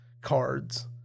cards